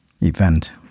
event